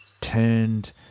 turned